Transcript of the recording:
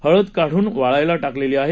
हळद काढून वाळायला टाकलेली आहे